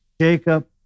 Jacob